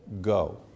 go